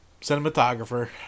Cinematographer